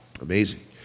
amazing